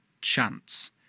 chance